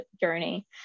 journey